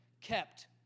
kept